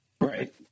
right